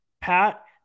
Pat